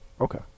Okay